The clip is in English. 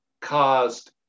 caused